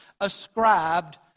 ascribed